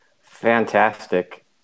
Fantastic